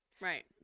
right